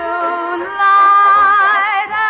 Moonlight